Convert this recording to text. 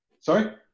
Sorry